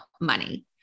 money